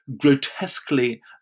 grotesquely